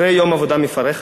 אחרי יום עבודה מפרך,